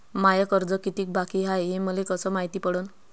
माय कर्ज कितीक बाकी हाय, हे मले कस मायती पडन?